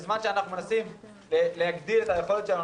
בזמן שאנחנו מנסים להגדיל את היכולת שלנו